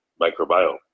microbiome